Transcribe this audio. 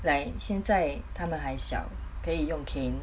like 现在他们还小可以用 cane